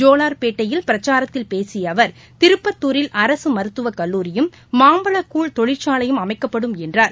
ஜோலார்பேட்டையில் பிரச்னரத்தில் பேசியஅவர் திருப்பத்தூரில் அரசுமருத்துவக்கல்லூரியும் மாம்பழக்கூழ் தொழிற்சாலையும் அமைக்கப்படும் என்றார்